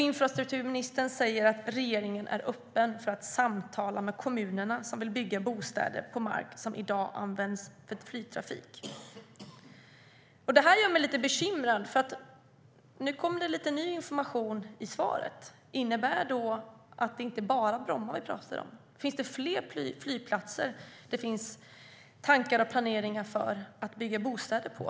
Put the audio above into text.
Infrastrukturministern säger att regeringen är öppen för att samtala med de kommuner som vill bygga bostäder på mark som i dag används för flygplatser. Detta gör mig lite bekymrad. Nu kom det nämligen lite ny information i svaret. Innebär detta att det inte är bara Bromma flygplats som vi talar om? Finns det fler flygplatser som man planerar att bygga bostäder på?